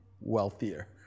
wealthier